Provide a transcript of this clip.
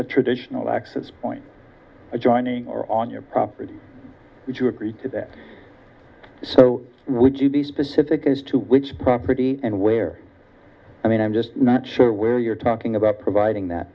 the traditional access point adjoining or on your property would you agree to that so would you be specific as to which property and where i mean i'm just not sure where you're talking about providing that